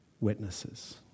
witnesses